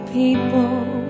people